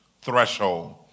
threshold